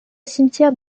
cimetière